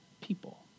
people